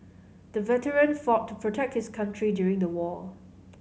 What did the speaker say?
the veteran fought to protect his country during the war